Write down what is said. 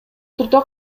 түрдө